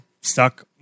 stuck